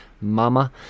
mama